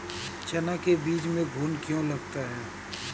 चना के बीज में घुन क्यो लगता है?